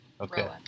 Okay